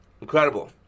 Incredible